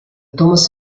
thomas